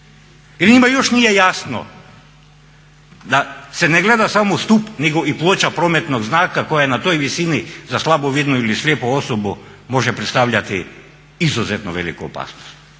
njima još nije jasno da se ne gleda samo stup nego i ploča prometnog znaka koja na toj visini za slabovidnu ili slijepu osobu može predstavljati izuzetno veliku opasnost?